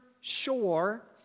shore